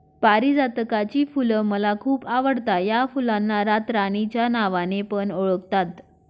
पारीजातकाची फुल मला खूप आवडता या फुलांना रातराणी च्या नावाने पण ओळखतात